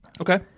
Okay